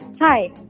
Hi